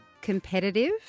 Competitive